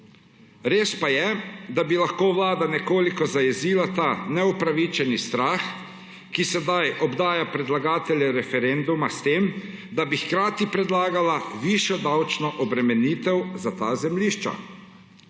res pa je, da bi lahko Vlada nekoliko zajezila ta neupravičeni strah, ki sedaj obdaja predlagatelj referenduma s tem, da bi hkrati predlagala višjo davčno obremenitev za ta zemljišča.